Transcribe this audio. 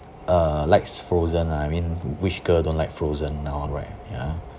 uh likes frozen ah I mean which girl don't like frozen now right ya